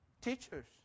teachers